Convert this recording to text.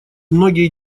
многие